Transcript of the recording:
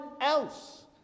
else